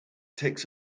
takes